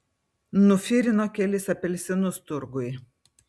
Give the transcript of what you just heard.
nufirino kelis apelsinus turguj